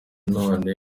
none